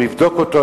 לבדוק אותו,